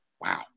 wow